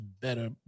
better